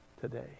today